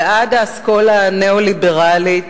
ועד האסכולה הניאו-ליברלית,